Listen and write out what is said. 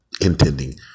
intending